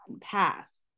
pass